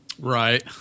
Right